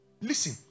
Listen